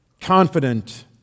confident